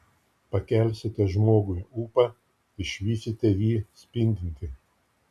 pakelsite žmogui ūpą išvysite jį spindintį